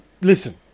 Listen